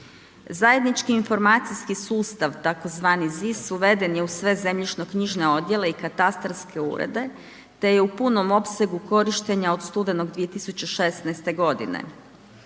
Zajednički informacijski sustav tzv. ZIS uveden je u sve zemljišno knjižne odjele i katastarske urede te je u punom opsegu korištenja od studenog 2016. godine.